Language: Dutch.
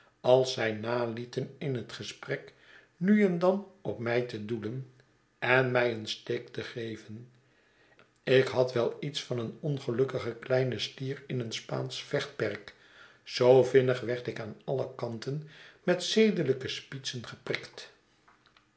als zij nalieten in het gesprek nu en dan op mij te doelen en mij een steek te geven ik had wel iets van een ongelukkigen kleinen stier in een spaansch vechtperk zoo vinnig werd ik aan alle kanten met zedelijke spietsen geprikt